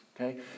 Okay